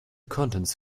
contents